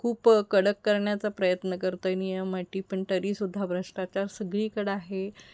खूप कडक करण्याचा प्रयत्न करतो आहे नियम अटी पण तरीसुद्धा भ्रष्टाचार सगळीकडं आहे